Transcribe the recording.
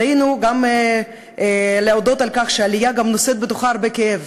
עלינו להודות בכך שעלייה גם נושאת בתוכה הרבה כאב,